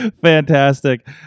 Fantastic